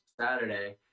Saturday